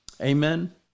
Amen